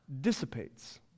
dissipates